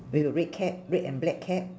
with a red cap red and black cap